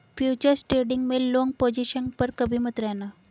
futures trading में long position पर कभी मत रहना